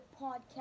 podcast